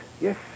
yes